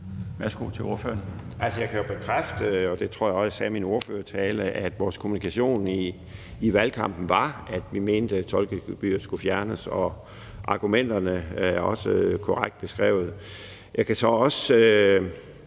Værsgo til ordføreren.